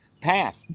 path